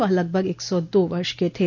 वह लगभग एक सौ दो वर्ष के थे